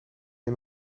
een